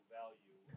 value